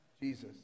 Jesus